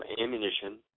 ammunition